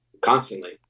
constantly